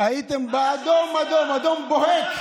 הייתם באדום אדום, אדום בוהק.